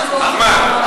אחמד,